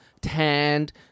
tanned